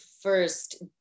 first